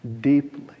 deeply